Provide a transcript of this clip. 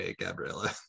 Gabriela